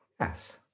Yes